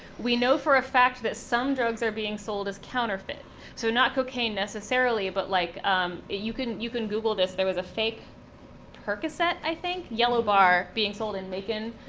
we know for a fact that some drugs are being sold as counterfeit so not cocaine necessarily, but like you can you can google this, there was a fake percocet, i think? yellow bar, being sold in macon,